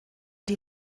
die